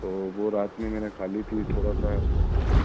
تو وہ رات میں میں نے کھا لی تھی تھوڑا سا